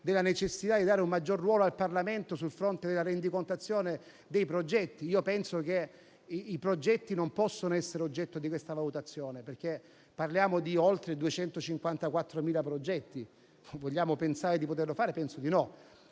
della necessità di dare un maggior ruolo al Parlamento sul fronte della rendicontazione dei progetti. Io penso che i progetti non possano essere oggetto di questa valutazione, perché sono oltre 254.000. Vogliamo pensare di poterlo fare? Penso di no.